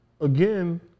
again